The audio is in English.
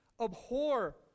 Abhor